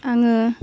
आङो